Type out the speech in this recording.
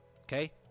okay